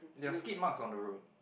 there are skid marks on the road